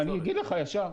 אני אגיד לך ישר.